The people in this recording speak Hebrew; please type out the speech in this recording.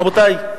רבותי,